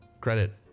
credit